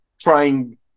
trying